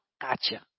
gotcha